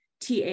TA